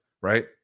right